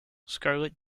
scarlett